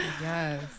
Yes